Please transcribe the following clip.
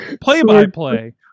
Play-by-play